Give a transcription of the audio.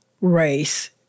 race